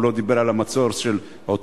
הוא לא דיבר על המצור של עוטף-עזה,